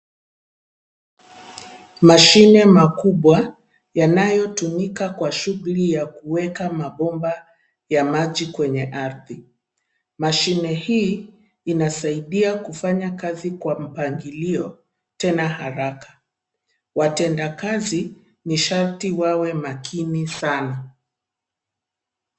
Mashine makubwa yanayotumika kwa shughuli ya kuweka mabomba ya maji kwenye ardhi. Mashine hii inasaidia kufanya kazi kwa mpangilio tena haraka. Watenda kazi ni sharti wawe makini sana.